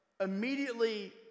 immediately